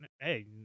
Hey